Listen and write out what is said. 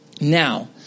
Now